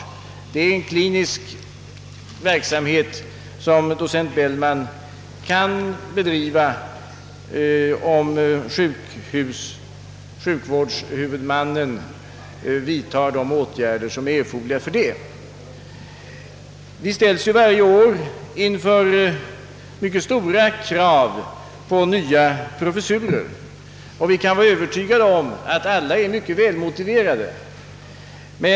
Det är därvid fråga om en klinisk verksamhet som docent Bellman kan bedriva om sjukvårdshuvudmannen vidtar de åtgärder som är erforderliga för det. Vi ställs varje år inför mycket stora krav på nya professurer, och vi kan vara övertygade om att alla är mycket väl motiverade.